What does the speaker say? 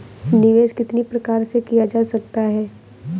निवेश कितनी प्रकार से किया जा सकता है?